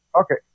Okay